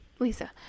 Lisa